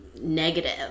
negative